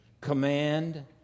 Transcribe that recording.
command